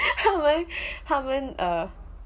他们他们 err 认为他们 err